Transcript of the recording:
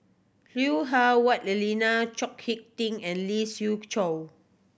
Lui Hah Wah Elena Chao Hick Tin and Lee Siew Choh